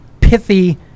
pithy